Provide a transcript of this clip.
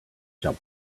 jump